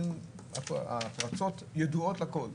הפרצות ידועות לכל.